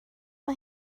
mae